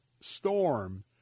storm